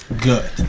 Good